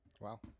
Wow